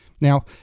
Now